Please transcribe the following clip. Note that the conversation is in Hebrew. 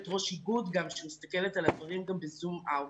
ראש איגוד שמסתכלת על הדברים גם ב-זום אאוט.